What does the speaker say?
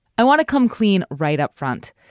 i want to come clean right upfront.